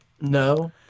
No